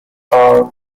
are